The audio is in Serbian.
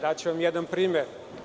Daću vam jedan primer.